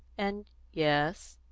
and yes,